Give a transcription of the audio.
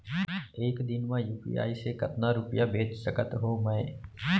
एक दिन म यू.पी.आई से कतना रुपिया भेज सकत हो मैं?